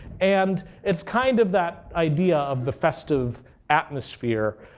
and it's kind of that idea of the festive atmosphere